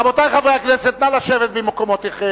רבותי חברי הכנסת, נא לשבת במקומותיכם.